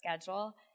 schedule